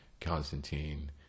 Constantine